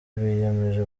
biyemeje